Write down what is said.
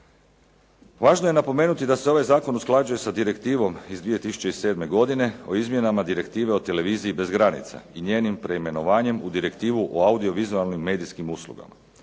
Važno je napomenuti da se ovaj zakon usklađuje sa direktivom iz 2007. godine o izmjenama Direktive o televiziji bez granica i njenim preimenovanje u Direktivu o audio-vizualnim medijskim uslugama.